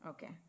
Okay